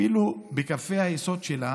אפילו בקווי היסוד שלה